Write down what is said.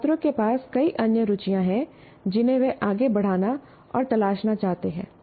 छात्रों के पास कई अन्य रुचियां हैं जिन्हें वे आगे बढ़ाना और तलाशना चाहते हैं